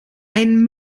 ein